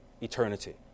eternity